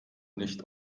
nicht